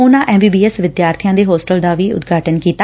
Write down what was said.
ਉਨਾਂ M B B S ਵਿਦਿਆਰਬੀਆਂ ਦੇ ਹੋਸਟਲ ਦਾ ਉਦਘਾਟਨ ਵੀ ਕੀਤਾ